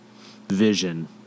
vision